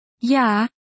Ja